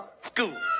School